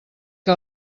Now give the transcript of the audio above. que